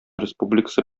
республикасы